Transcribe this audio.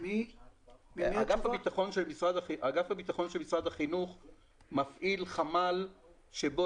אגף הביטחון של משרד החינוך מפעיל חמ"ל בו